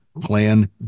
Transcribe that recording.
plan